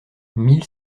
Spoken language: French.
mille